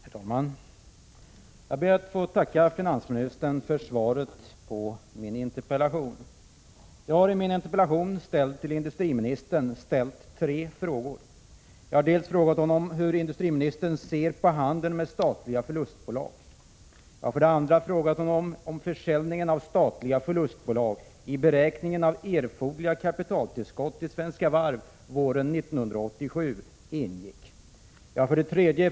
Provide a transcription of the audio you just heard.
Herr talman! Jag ber att få tacka finansministern för svaret på min interpellation. I interpellationen, riktad till industriministern, har jag framställt tre frågor: 1. Hur ser industriministern på handeln med statliga förlustbolag? 2. Ingick försäljningen av statliga förlustbolag som en del i beräkningen av erforderliga kapitaltillskott till Svenska Varv våren 1986? 3.